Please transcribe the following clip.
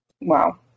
Wow